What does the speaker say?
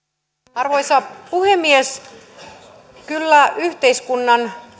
arvoisa puhemies kyllä yhteiskunnan